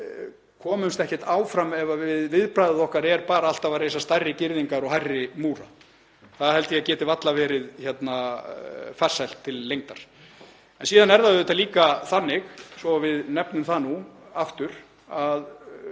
komumst ekkert áfram ef viðbragð okkar er alltaf að reisa stærri girðingar og hærri múra. Það held ég að geti varla verið farsælt til lengdar. En síðan er það auðvitað líka þannig, svo við nefnum það nú aftur, að